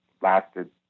lasted